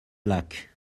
luck